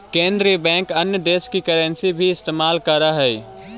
केन्द्रीय बैंक अन्य देश की करन्सी भी इस्तेमाल करअ हई